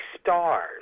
stars